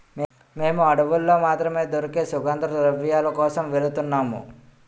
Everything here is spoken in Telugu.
మేము అడవుల్లో మాత్రమే దొరికే సుగంధద్రవ్యాల కోసం వెలుతున్నాము